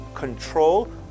control